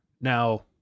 Now